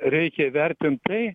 reikia įvertint tai